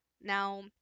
now